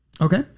Okay